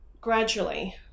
gradually